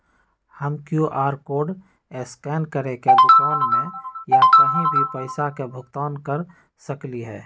हम QR code scan करके दुकान में या कहीं भी पैसा के भुगतान कर सकली ह?